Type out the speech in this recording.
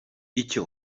icyo